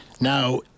now